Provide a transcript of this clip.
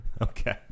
Okay